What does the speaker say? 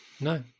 No